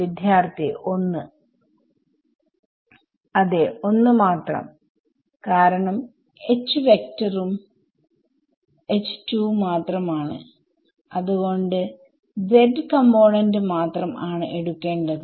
വിദ്യാർത്ഥി ഒന്ന് അതെ ഒന്ന് മാത്രം കാരണം വെക്ടർ മാത്രം ആണ് അത്കൊണ്ട് z കമ്പോണന്റ് മാത്രം ആണ് എടുക്കേണ്ടത്